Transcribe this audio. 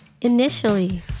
Initially